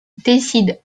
décide